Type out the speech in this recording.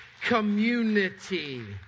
community